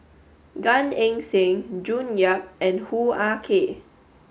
Gan Eng Seng June Yap and Hoo Ah Kay